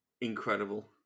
incredible